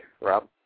Rob